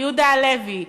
יהודה הלוי,